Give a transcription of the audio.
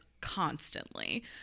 constantly